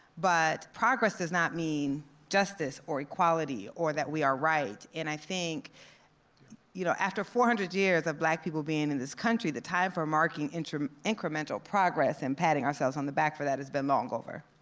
but, progress does not mean justice or equality or that we are right, and i think you know after four hundred years of black people being in this country, the time for marking um incremental progress and patting ourselves on the back for that has been long over.